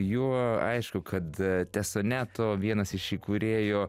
juo aišku kad tesoneto vienas iš įkūrėjų